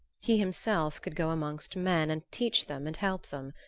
he himself could go amongst men and teach them and help them.